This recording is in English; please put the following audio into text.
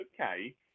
Okay